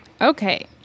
Okay